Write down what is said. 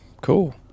cool